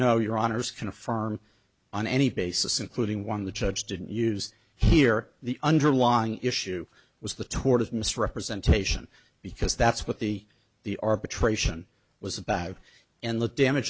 know your honour's can affirm on any basis including one the judge didn't use here the underlying issue was the towards misrepresentation because that's what the the arbitration was about and the damage